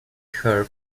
her